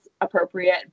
appropriate